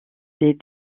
des